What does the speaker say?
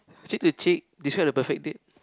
cheek to cheek describe the perfect date